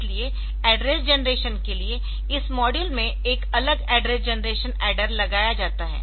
इसलिए address generation के लिए इस मॉड्यूल में एक अलग एड्रेस जेनरेशन ऐडर लगाया जाता है